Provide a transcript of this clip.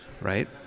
right